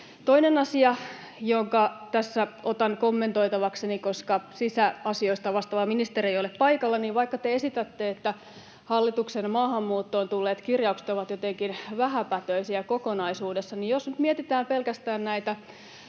Toinen asia, jonka tässä otan kommentoitavakseni, koska sisäasioista vastaava ministeri ei ole paikalla: Vaikka te esitätte, että hallituksen maahanmuuttoon tulleet kirjaukset ovat jotenkin vähäpätöisiä kokonaisuudessa, niin jos nyt mietitään pelkästään näitä